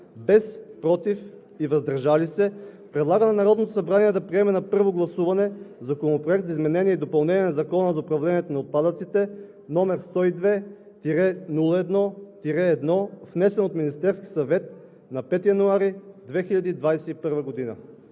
без „против“ и „въздържал се“ предлага на Народното събрание да приеме на първо гласуване Законопроект за изменение и допълнение на Закона за управление на отпадъците, № 102-01-1, внесен от Министерския съвет на 5 януари 2021 г.“